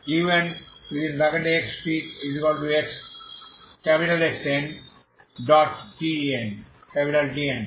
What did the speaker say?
যা unxtXnTn Xn হল আপনার আইগেন ফাংশন